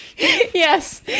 Yes